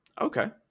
Okay